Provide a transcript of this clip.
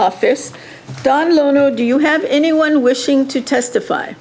office don lono do you have anyone wishing to testify